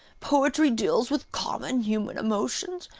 poetry deals with common human emotion,